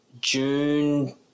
June